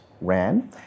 ran